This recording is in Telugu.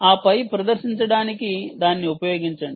ఆపై ప్రదర్శించడానికి దాన్ని ఉపయోగించండి